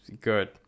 good